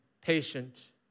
patient